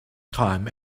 time